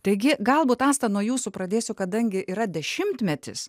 taigi galbūt asta nuo jūsų pradėsiu kadangi yra dešimtmetis